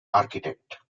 architect